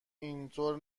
اینطور